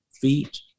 feet